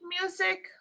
music